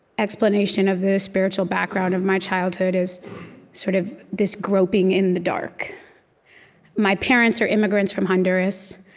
explanation of the spiritual background of my childhood is sort of this groping in the dark my parents are immigrants from honduras.